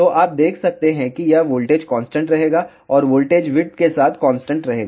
तो आप देख सकते हैं कि यह वोल्टेज कांस्टेंट रहेगा और वोल्टेज विड्थ के साथ कांस्टेंट रहेगा